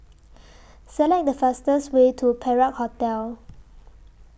Select The fastest Way to Perak Hotel